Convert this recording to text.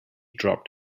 dropped